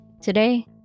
Today